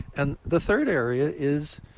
and the third area is